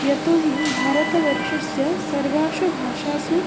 यतो हि भारतवर्षस्य सर्वासु भाषासु